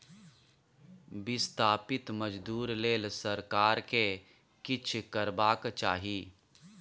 बिस्थापित मजदूर लेल सरकार केँ किछ करबाक चाही